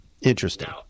Interesting